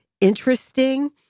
interesting